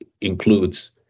includes